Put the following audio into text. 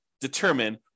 determine